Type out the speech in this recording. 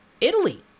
Italy